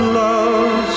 love